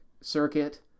circuit